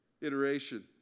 iteration